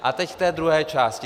A teď k té druhé části.